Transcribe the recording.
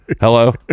Hello